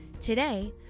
Today